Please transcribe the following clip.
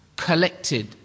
collected